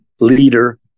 leader